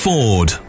Ford